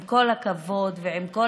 עם כל הכבוד ועם כל